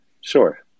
sure